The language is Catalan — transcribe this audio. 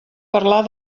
parlar